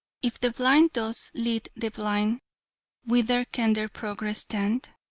if the blind thus lead the blind whither can their progress tend?